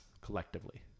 collectively